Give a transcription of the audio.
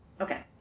Okay